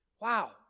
Wow